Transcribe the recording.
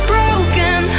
Broken